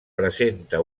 presenta